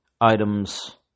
items